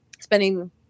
spending